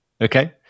Okay